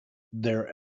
their